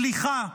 סליחה.